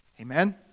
Amen